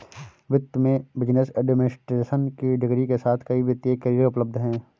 वित्त में business administration की डिग्री के साथ कई वित्तीय करियर उपलब्ध हैं